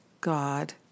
God